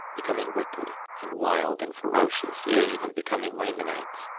becoming wicked, and wild, and ferocious, yea, even becoming lamanites.